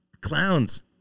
Clowns